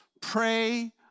pray